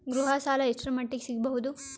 ಗೃಹ ಸಾಲ ಎಷ್ಟರ ಮಟ್ಟಿಗ ಸಿಗಬಹುದು?